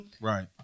Right